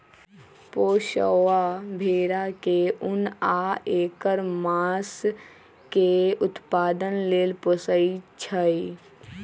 पोशौआ भेड़ा के उन आ ऐकर मास के उत्पादन लेल पोशइ छइ